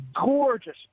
gorgeous